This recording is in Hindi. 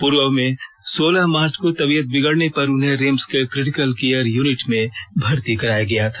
पूर्व में सोलह मार्च को तबीयत बिगड़ने पर उन्हें रिम्स के किटिकल केयर यूनिट में भर्ती कराया गया था